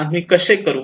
आम्ही कसे करू